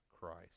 Christ